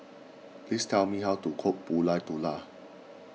please tell me how to cook Pulut